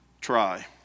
try